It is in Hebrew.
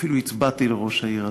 אפילו הצבעתי לראש העיר הזה,